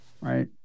Right